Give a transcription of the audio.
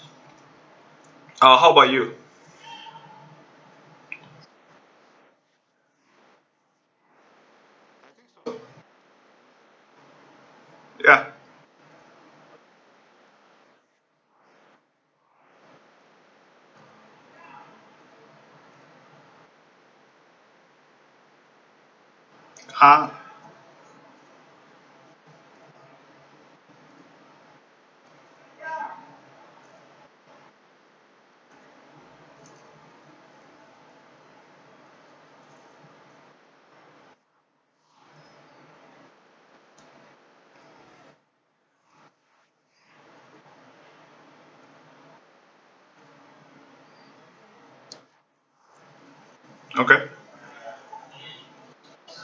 uh how about you ya ha okay